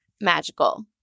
magical